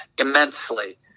immensely